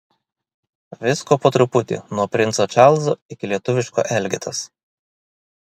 visko po truputį nuo princo čarlzo iki lietuviško elgetos